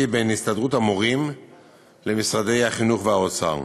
בין הסתדרות המורים למשרדי החינוך והאוצר.